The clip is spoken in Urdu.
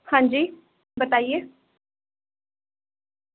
ہاں جی بتائیے